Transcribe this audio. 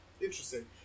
Interesting